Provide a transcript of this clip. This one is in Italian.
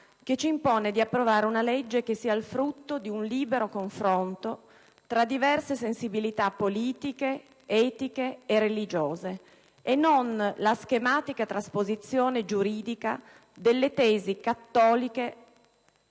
che ci impone di approvare una legge che sia il frutto di un libero confronto tra diverse sensibilità politiche, etiche e religiose e non la schematica trasposizione giuridica delle tesi cattoliche